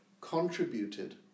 contributed